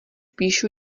píšu